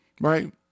right